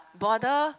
bother